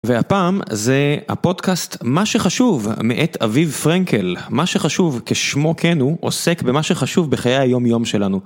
והפעם זה הפודקאסט מה שחשוב מאת אביב פרנקל. מה שחשוב כשמו כן הוא עוסק במה שחשוב בחיי היומיום שלנו.